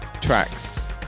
Tracks